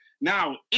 Now